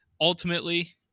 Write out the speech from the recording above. Ultimately